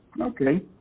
Okay